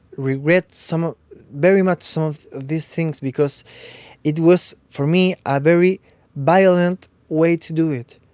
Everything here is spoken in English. regret some very much some of these things because it was, for me, a very violent way to do it.